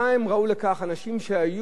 אנשים שהיו ראשי המטות,